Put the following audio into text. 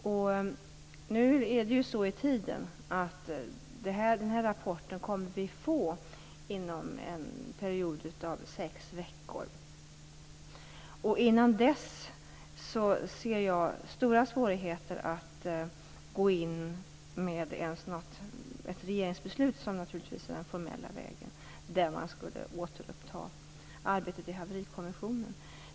Vi kommer att få den här rapporten inom en period av sex veckor. Innan dess ser jag stora svårigheter att gå in med ett regeringsbeslut, vilket naturligtvis är den formella vägen om man skulle återuppta arbetet i Haverikommissionen.